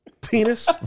penis